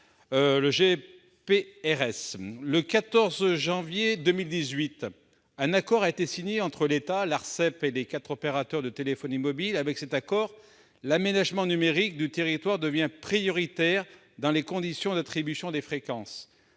Le 14 janvier 2018, un accord a été signé entre l'État, l'Arcep et les quatre opérateurs de téléphonie mobile. Par ce biais, l'aménagement numérique du territoire devient prioritaire dans les conditions d'attribution des fréquences.